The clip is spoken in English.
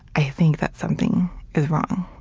i think that something is wrong.